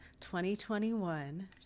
2021